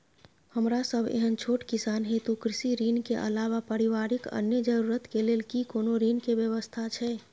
हमरा सब एहन छोट किसान हेतु कृषि ऋण के अलावा पारिवारिक अन्य जरूरत के लेल की कोनो ऋण के व्यवस्था छै?